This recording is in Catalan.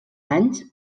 anys